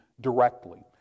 directly